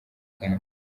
kanwa